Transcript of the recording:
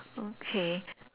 okay